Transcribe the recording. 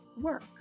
work